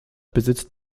besitzt